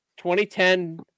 2010